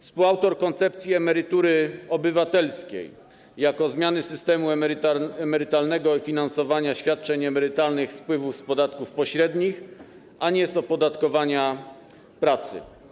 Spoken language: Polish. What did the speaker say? Współautor koncepcji emerytury obywatelskiej jako zmiany systemu emerytalnego i finansowania świadczeń emerytalnych z wpływów z podatków pośrednich, a nie z opodatkowania pracy.